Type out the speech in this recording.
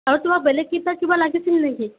আৰু তোমাক বেলেগ কিতাপ কিবা লাগিছিল নেকি